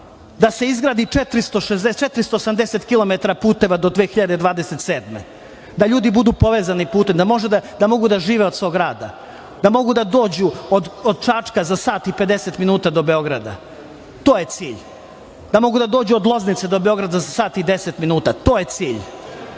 da se izgradi 480 kilometra puteva do 2027. godine, da ljudi budu povezani putem, da mogu da žive od svog rada, da mogu da dođu od Čačka za sat i 50 minuta do Beograda. To je cilj! Da mogu da dođu od Loznice do Beograda za sat i 10 minuta. To je cilj!